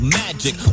magic